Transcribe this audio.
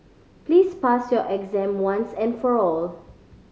please pass your exam once and for all